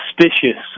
suspicious